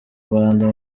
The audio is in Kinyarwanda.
rwanda